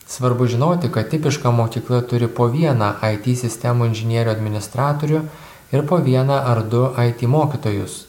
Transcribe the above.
svarbu žinoti kad tipiška mokykla turi po vieną aiti sistemų inžinierių administratorių ir po vieną ar du aiti mokytojus